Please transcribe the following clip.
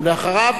ואחריו,